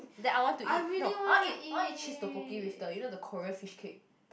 then I want to eat no I want to eat I want to eat cheese tteokbokki with the you know the Korean fishcake